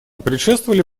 предшествовали